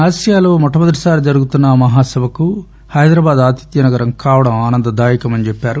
ఆసియాలో మొట్టమొదటిసారి జరుగుతున్న ఆ మహాసభకు హైదరాబాద్ ఆతిథ్య నగరం కావడం ఆనంద దాయకమని చెప్పారు